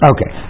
Okay